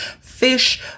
fish